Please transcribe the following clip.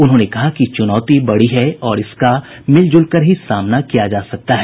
उन्होंने कहा कि चुनौती बड़ी है और इसका मिलजुल कर ही सामना किया जा सकता है